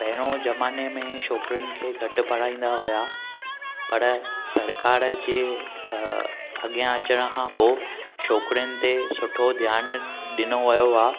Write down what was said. पहिरियों ज़माने में छोकिरिनि खे घटि पढ़ाईन्दा हुआ पर सरकार जे अगियां अचण खां पोइ छोकिरिनि ते सुठो ध्यानु ॾिनो वियो आहे